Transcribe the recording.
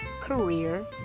career